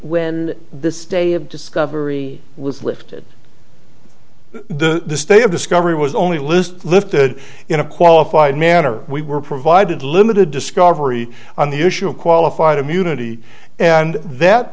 when the state of discovery was lifted the state of discovery was only list lifted in a qualified manner we were provided limited discovery on the issue of qualified immunity and that